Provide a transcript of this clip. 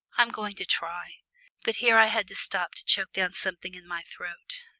i'm going to try but here i had to stop to choke down something in my throat.